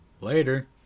later